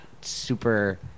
super